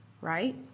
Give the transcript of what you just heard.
Right